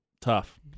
tough